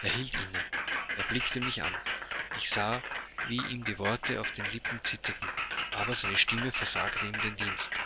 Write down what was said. er hielt inne er blickte mich an ich sah wie ihm die worte auf den lippen zitterten aber seine stimme versagte ihm den dienst